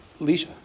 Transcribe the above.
Alicia